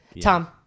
Tom